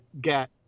get